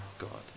God